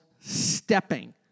stepping